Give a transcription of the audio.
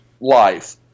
life